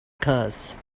curse